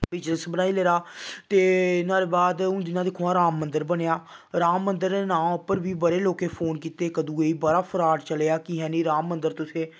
business बनाई लेदा ते नाह्ड़े बाद हून जियां दिक्खो हां राम मन्दर बनेआ राम मन्दर दे नांऽ उप्पर बी बड़े लोकें फोन कीते इक दूए बड़ा फराड चलेआ कि जानि राम मन्दर तुसें